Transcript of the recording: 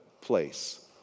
place